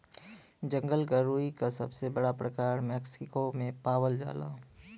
जंगल क रुई क सबसे बड़ा प्रकार मैक्सिको में पावल जाला